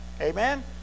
Amen